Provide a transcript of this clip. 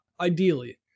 Ideally